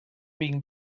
being